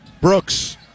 Brooks